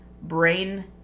brain